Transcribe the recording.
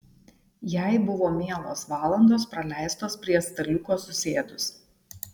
jai buvo mielos valandos praleistos prie staliuko susėdus